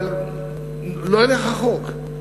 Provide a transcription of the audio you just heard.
אבל לא אלך רחוק.